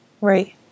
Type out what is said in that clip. Right